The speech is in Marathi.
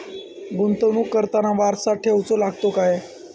गुंतवणूक करताना वारसा ठेवचो लागता काय?